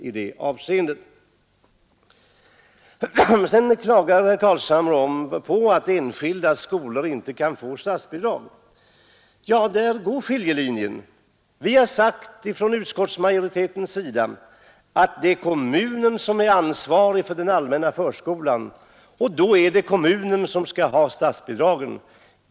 Herr Carlshamre klagar över att enskilda skolor inte kan få statsbidrag. Ja, där går en skiljelinje. Vi har från utskottsmajoritetens sida sagt att kommunen är ansvarig för den allmänna förskolan, och då är det kommunen som skall ha statsbidragen.